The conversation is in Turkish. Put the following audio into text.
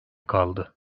kaldı